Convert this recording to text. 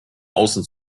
außen